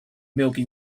milky